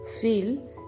Feel